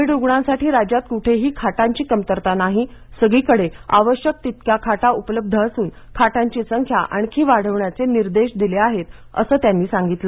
Covid रुग्णांसाठी राज्यात कुठेही खाटांची कमतरता नाही सगळीकडे आवश्यक तितक्या खाटा उपलब्ध असून खाटांची संख्या आणखी वाढवण्याचे निर्देश दिले आहे असं त्यांनी सांगितलं